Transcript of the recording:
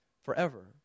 forever